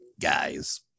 guys